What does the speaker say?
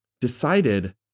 decided